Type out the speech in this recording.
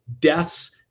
deaths